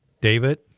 David